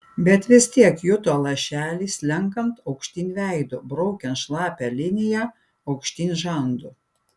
bet vis tiek juto lašelį slenkant aukštyn veidu braukiant šlapią liniją aukštyn žandu